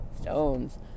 Stones